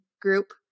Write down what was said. group